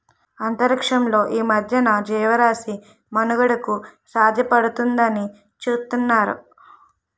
అంతరిక్షంలో ఈ మధ్యన జీవరాశి మనుగడకు సాధ్యపడుతుందాని చూతున్నారు